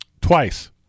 Twice